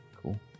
Cool